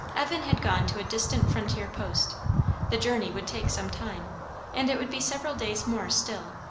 evan had gone to a distant frontier post the journey would take some time and it would be several days more still,